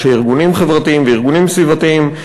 אנשי ארגונים חברתיים וארגונים סביבתיים,